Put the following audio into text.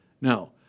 Now